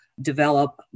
develop